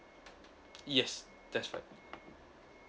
yes that's right